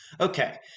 Okay